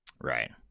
Right